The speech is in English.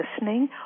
listening